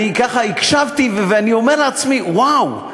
אני ככה הקשבתי, ואני אומר לעצמי: וואו,